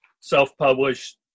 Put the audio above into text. self-published